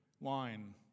line